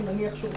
אנחנו נניח שוב.